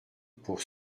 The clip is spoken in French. pour